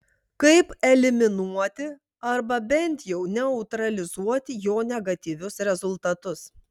kaip eliminuoti arba bent jau neutralizuoti jo negatyvius rezultatus